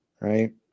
right